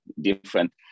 different